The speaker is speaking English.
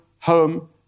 home